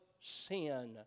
sin